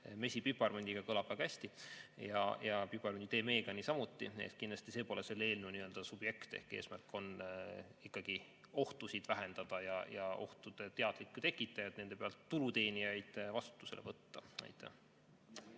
Mesi piparmündiga kõlab väga hästi ja piparmünditee meega niisamuti. Kindlasti pole see selle eelnõu subjekt. Eesmärk on ikkagi ohtusid vähendada ja ohtude teadlikud tekitajad, nende pealt tulu teenijad, vastutusele võtta. Rene